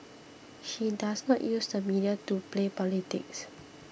he does not use the media to play politics